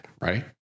right